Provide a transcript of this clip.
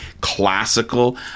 classical